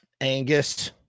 Angus